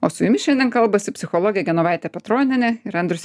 o su jumis šiandien kalbasi psichologė genovaitė petronienė ir andrius